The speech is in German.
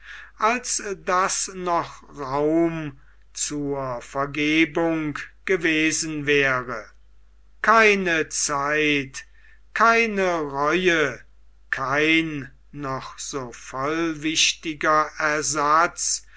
als daß noch raum zur vergebung gewesen wäre keine zeit keine reue kein noch so vollwichtiger ersatz